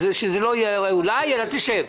שזה לא יהיה "אולי" אלא תשב איתם.